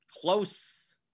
close